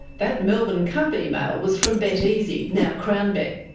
that melbourne cup email was from beteasy, now crownbet.